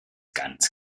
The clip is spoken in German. ganz